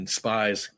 spies